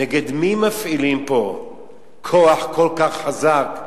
נגד מי מפעילים פה כוח כל כך חזק,